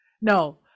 No